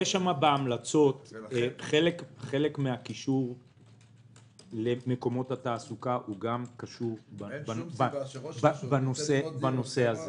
בהמלצות חלק מהקישור למקומות התעסוקה קשור גם בנושא הזה.